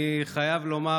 אני חייב לומר,